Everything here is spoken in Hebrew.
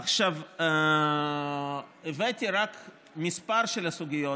עכשיו הבאתי רק כמה סוגיות,